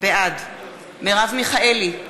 בעד מרב מיכאלי,